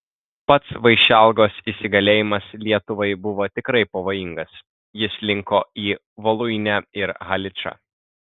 pats vaišelgos įsigalėjimas lietuvai buvo tikrai pavojingas jis linko į voluinę ir haličą